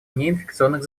неинфекционных